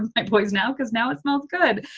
um my boys now, cause now it smells good.